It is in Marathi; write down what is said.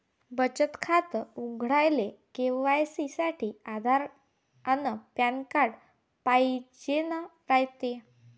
बचत खातं उघडाले के.वाय.सी साठी आधार अन पॅन कार्ड पाइजेन रायते